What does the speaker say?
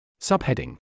Subheading